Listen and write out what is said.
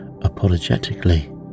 apologetically